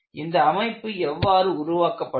இந்த அமைப்பு எவ்வாறு உருவாக்கப்பட்டது